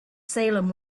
salem